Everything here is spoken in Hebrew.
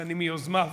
שאני מיוזמיו.